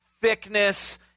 thickness